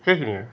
সেইখিনিয়ে